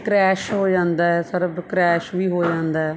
crash ਹੋ ਜਾਂਦਾ sir ਬ ਕਰੈਸ਼ ਵੀ ਹੋ ਜਾਂਦਾ